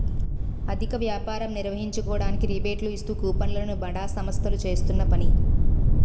అధిక వ్యాపారం నిర్వహించుకోవడానికి రిబేట్లు ఇస్తూ కూపన్లు ను బడా సంస్థలు చేస్తున్న పని